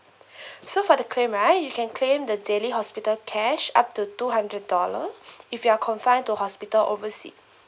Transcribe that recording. so for the claim right you can claim the daily hospital cash up to two hundred dollars if you're confined to hospital overseas